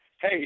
Hey